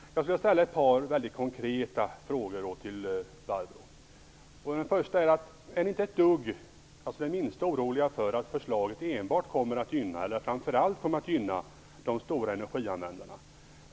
Jag skulle vilja ställa ett par väldigt konkreta frågor. Är Barbro Andersson inte det minsta orolig för att förslaget framför allt kommer att gynna de stora energianvändarna?